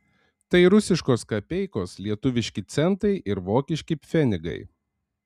tai rusiškos kapeikos lietuviški centai ir vokiški pfenigai